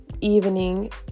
evening